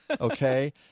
okay